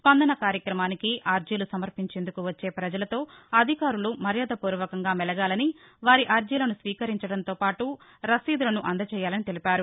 స్పందన కార్యక్రమానికి అర్జీలు సమర్పించేందుకు వచ్చే పజలతో అధికారులు మర్యాదపూర్వకంగా మెలగాలని వారి అర్జీలను స్వీకరించడంతో పాటు రసీదులను అందజేయాలని తెలిపారు